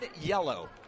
yellow